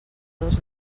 dos